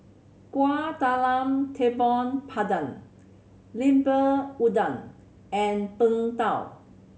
Kueh Talam Tepong Pandan Lemper Udang and Png Tao